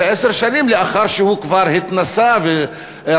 ועשר שנים לאחר שהוא כבר התנסה ורכש